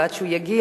עד שהוא יגיע,